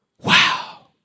Wow